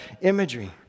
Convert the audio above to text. imagery